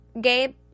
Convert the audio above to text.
Gabe